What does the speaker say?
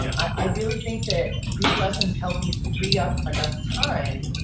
i really think that group lessons helped me free up enough time,